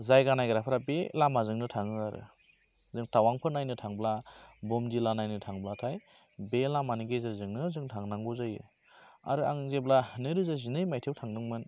जायगा नायग्राफोरा बे लामाजोंनो थाङो आरो जों थावांखौ नायनो थांब्ला बुम जिल्ला नायनो थांब्लाथाय बे लामानि गेजेरजोंनो जों थांनांगौ जायो आरो आं जेब्ला नैरोजा जिनै माइथाइयाव थांदोंमोन